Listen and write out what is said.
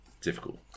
difficult